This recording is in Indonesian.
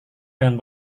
dengan